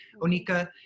Onika